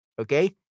Okay